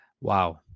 Wow